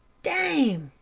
dame!